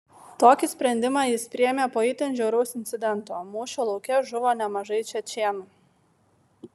tokį sprendimą jis priėmė po itin žiauraus incidento mūšio lauke žuvo nemažai čečėnų